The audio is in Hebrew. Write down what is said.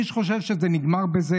מי שחושב שזה נגמר בזה,